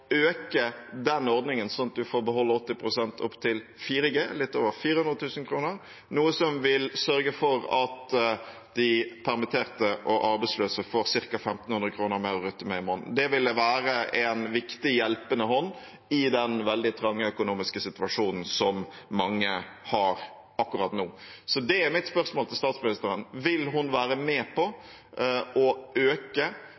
ordningen, sånn at man får beholde 80 pst. opp til 4G, litt over 400 000 kr, noe som vil sørge for at de permitterte og arbeidsløse får ca. 1 500 kr mer å rutte med i måneden. Det ville være en viktig hjelpende hånd i den veldig trange økonomiske situasjonen mange er i akkurat nå. Mitt spørsmål til statsministeren er: Vil hun være med